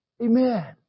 Amen